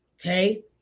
Okay